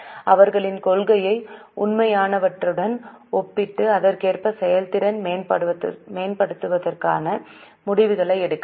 எனவே அவர்களின் கொள்கையை உண்மையானவற்றுடன் ஒப்பிட்டு அதற்கேற்ப செயல்திறனை மேம்படுத்துவதற்கான முடிவுகளை எடுக்கலாம்